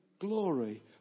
glory